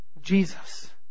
Jesus